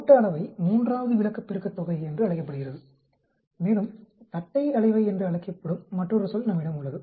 கோட்ட அளவை 3வது விலக்கப் பெருக்கத்தொகை என்று அழைக்கப்படுகிறது மேலும் தட்டை அளவை என்று அழைக்கப்படும் மற்றொரு சொல் நம்மிடம் உள்ளது